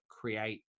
create